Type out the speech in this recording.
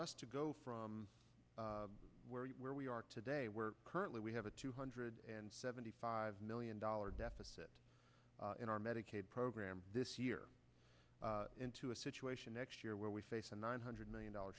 us to go from where we are today we're currently we have a two hundred and seventy five million dollar deficit in our medicaid program this year into a situation next year where we face a nine hundred million dollar